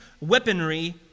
weaponry